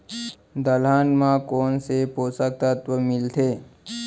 दलहन म कोन से पोसक तत्व मिलथे?